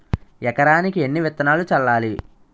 ఎకరానికి ఎన్ని విత్తనాలు చల్లాలి?